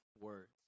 words